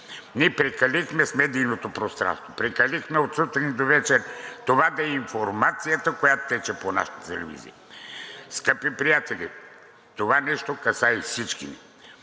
Ние прекалихме с медийното пространство – прекалихме от сутрин до вечер това да е информацията, която тече по нашите телевизии. Скъпи приятели, това нещо касае всички ни!